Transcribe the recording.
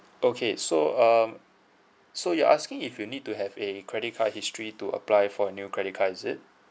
okay so um so you're asking if you need to have a credit card history to apply for a new credit card is it